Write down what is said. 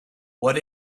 what